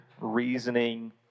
reasoning